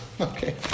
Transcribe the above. Okay